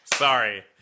Sorry